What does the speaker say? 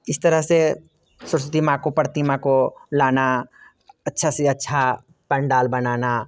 इस तरह से सरस्वती माँ को प्रतिमा को लाना अच्छा से अच्छा पंडाल बनाना